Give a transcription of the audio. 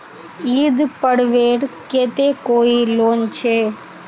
ईद पर्वेर केते कोई लोन छे?